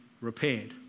repaired